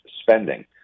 spending